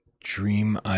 Dream